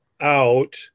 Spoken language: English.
out